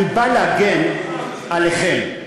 אני בא להגן עליכם.